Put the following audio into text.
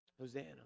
Hosanna